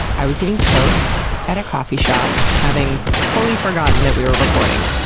i was eating toast at a coffee shop, having fully forgotten that we were recording.